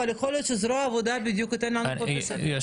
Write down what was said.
אבל יכול להיות שזרוע העבודה ייתנו לנו --- יש